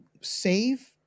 save